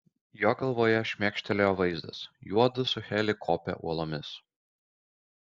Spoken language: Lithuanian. jo galvoje šmėkštelėjo vaizdas juodu su heli kopia uolomis